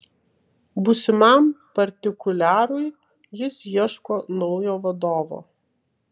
būsimam partikuliarui jis ieško naujo vadovo